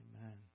Amen